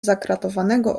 zakratowanego